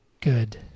good